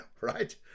right